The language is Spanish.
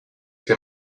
que